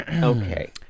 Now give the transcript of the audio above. okay